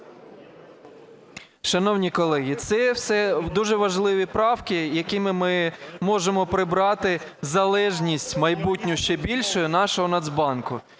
Шановні колеги, це все дуже важливі правки, якими ми можемо прибрати залежність майбутню ще більшу нашого Нацбанку.